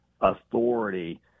authority